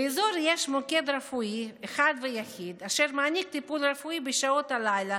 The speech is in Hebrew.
באזור יש מוקד רפואי אחד ויחיד אשר מעניק טיפול רפואי בשעות הלילה,